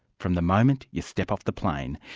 from the moment you step off the plane,